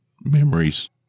memories